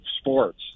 sports